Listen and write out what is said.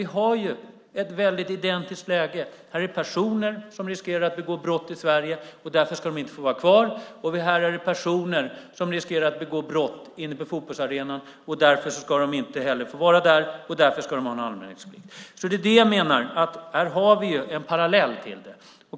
Vi har ett identiskt läge. Det är personer som riskerar att begå brott i Sverige, och därför ska de inte få vara kvar, och det är personer som riskerar att begå brott inne på fotbollsarenan, och därför ska inte de heller få vara där, och därför ska de ha en anmälningsplikt. Det är det jag menar, att vi har en parallell till det.